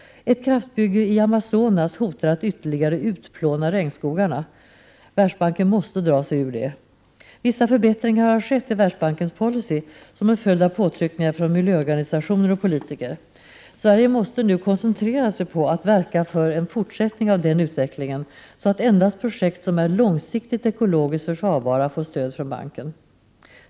Ett kraftbygge i Amazonas hotar att ytterligare utplåna regnskogarna. Världsbanken måste dra sig ur det. Vissa förbättringar har skett i Världsbankens policy, som en följd av påtryckningar från miljöorganisationer och politiker. Sverige måste nu koncentrera sig på att verka för en fortsättning av den utvecklingen, så att endast projekt som är långsiktigt ekologiskt försvarbara får stöd från banken.